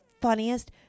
funniest